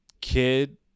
Kid